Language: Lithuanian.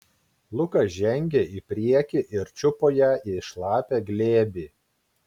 lukas žengė į priekį ir čiupo ją į šlapią glėbį